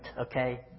okay